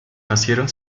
nacieron